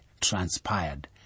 transpired